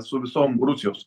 su visom rusijos